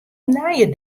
nije